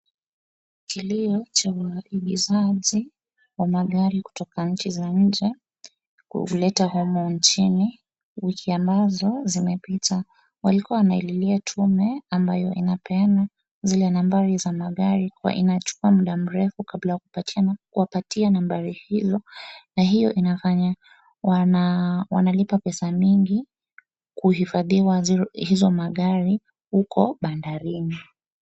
Kilio cha waagizaji wa magari kutoka nchi za nje kuleta humu nchini, wiki ambazo zimepita. Walikuwa wanalilia tume ambayo inapeana zile nambari za magari, kuwa inachukua muda mrefu kabla kuwapatia nambari hizo. Na hiyo inafanya wanalipa pesa mingi kuhifadhiwa hizo magari huko bandarini.